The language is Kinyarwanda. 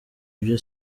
ibyo